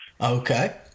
Okay